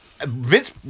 Vince